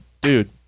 Dude